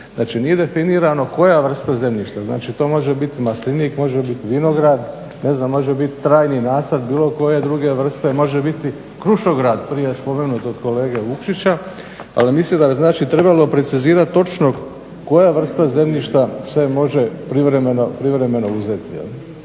Znači, nije definirano koja vrsta zemljišta. Znači to može biti maslinik, može biti vinograd, ne znam može bit trajni nasad bilo koje druge vrste, može biti krušo grad prije spomenut od kolege Vukšića. Ali mislim da znači trebalo precizirati točno koja vrsta zemljišta se može privremeno uzeti